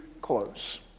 close